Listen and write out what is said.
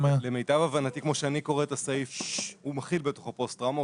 למיטב הבנתי כמו שאני קורא את הסעיף הוא מכיל בתוכו פוסט טראומה.